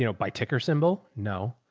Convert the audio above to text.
you know by ticker symbol. no.